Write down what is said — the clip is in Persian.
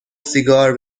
سیگار